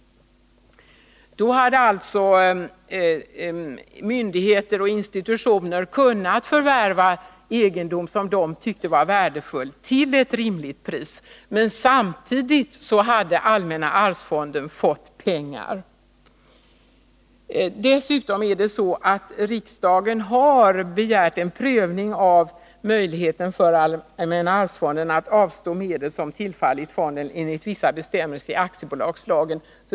Då hade alltså myndigheter och institutioner kunnat förvärva egendom som de tyckte var värdefull till ett rimligt pris, men samtidigt hade allmänna arvsfonden fått pengar. Dessutom har riksdagen begärt en prövning av möjligheten för allmänna arvsfonden att avstå medel som tillfallit fonden enligt vissa bestämmelser i aktiebolagslagen.